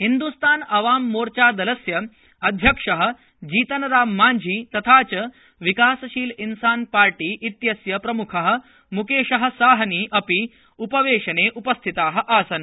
हिन्दुस्त्तान अवाम मोर्चादलस्य अध्यक्षः जीतनराममांझी तथा च विकासशील इंसान पार्टी इत्यस्य प्रमुखः मुकेशः साहनी अपि उपवेशने उपस्थिताः आसन्